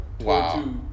Wow